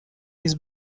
his